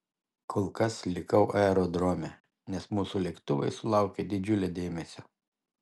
kol kas likau aerodrome nes mūsų lėktuvai sulaukė didžiulio dėmesio